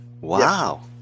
wow